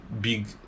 big